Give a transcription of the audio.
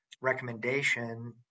recommendation